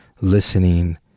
listening